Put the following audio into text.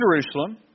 Jerusalem